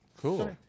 Cool